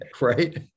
right